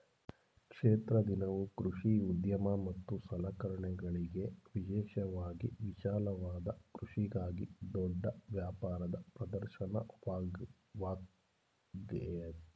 ಕ್ಷೇತ್ರ ದಿನವು ಕೃಷಿ ಉದ್ಯಮ ಮತ್ತು ಸಲಕರಣೆಗಳಿಗೆ ವಿಶೇಷವಾಗಿ ವಿಶಾಲವಾದ ಕೃಷಿಗಾಗಿ ದೊಡ್ಡ ವ್ಯಾಪಾರದ ಪ್ರದರ್ಶನವಾಗಯ್ತೆ